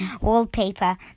wallpaper